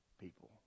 people